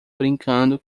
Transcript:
brincando